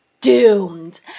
doomed